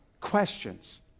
questions